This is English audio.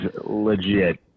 legit